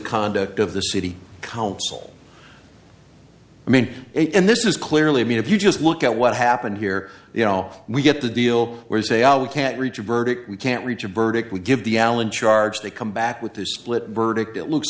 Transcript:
conduct of the city council i mean and this is clearly i mean if you just look at what happened here you know we get the deal where you say oh we can't reach a verdict we can't reach a verdict we give the allen charge they come back with this split verdict it looks